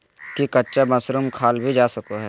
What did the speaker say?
की कच्चा मशरूम खाल जा सको हय?